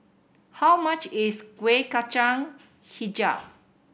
how much is Kueh Kacang Hijau